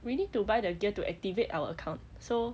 we need to buy the gear to activate our account so